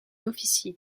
officier